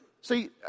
see